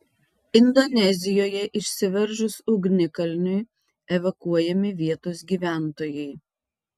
indonezijoje išsiveržus ugnikalniui evakuojami vietos gyventojai